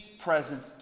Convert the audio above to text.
present